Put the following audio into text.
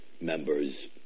members